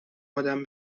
آدم